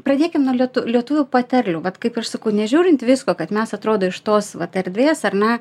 pradėkim nuo lietu lietuvių patarlių vat kaip ir sakau nežiūrint visko kad mes atrodo iš tos vat erdvės ar ne